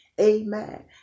Amen